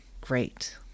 great